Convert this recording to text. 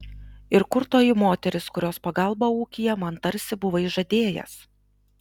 ir kur toji moteris kurios pagalbą ūkyje man tarsi buvai žadėjęs